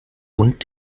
und